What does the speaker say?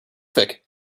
terrific